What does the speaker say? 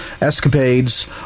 escapades